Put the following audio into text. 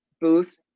booth